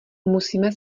musíme